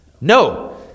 No